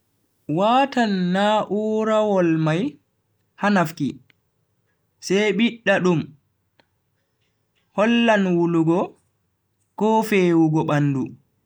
Watan na'urawol mai ha nafki sai bidda dum hollan wulugo ko fewugo bandu.